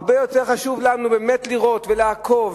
הרבה יותר חשוב לנו באמת לראות ולעקוב